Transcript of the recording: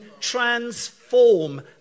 transform